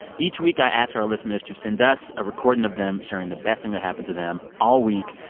each week, i ask our listeners to send us a recording of them sharing the best thing that happened to them all week.